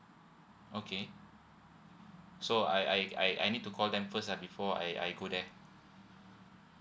okay so I I I I need to call them first ah before I I go there